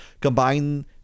combine